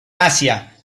asia